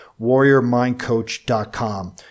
WarriorMindCoach.com